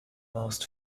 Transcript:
most